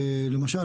למשל,